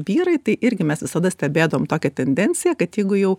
vyrai tai irgi mes visada stebėdavom tokią tendenciją kad jeigu jau